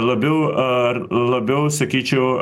labiau ar labiau sakyčiau